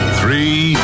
three